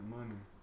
money